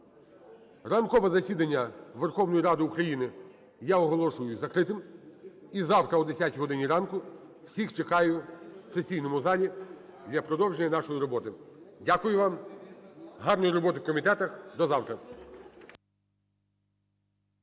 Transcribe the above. Ранкове засідання Верховної Ради України я оголошую закритим. Іі завтра о 10 годині ранку всіх чекаю в сесійному залі для продовження нашої роботи. Дякую вам. Гарної роботи в комітетах. До завтра.